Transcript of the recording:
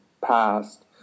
past